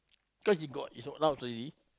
cause you got is allowed to leave